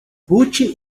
ruth